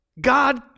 God